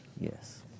Yes